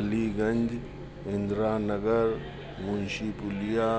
Aliganj Indiranagar Munshipulia